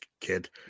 kid